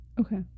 Okay